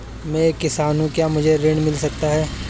मैं एक किसान हूँ क्या मुझे ऋण मिल सकता है?